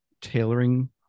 tailoring